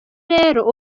rero